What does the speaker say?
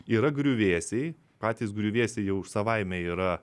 yra griuvėsiai patys griuvėsiai jau savaime yra